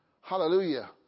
hallelujah